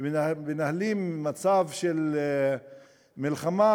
ומנהלים מצב של מלחמה,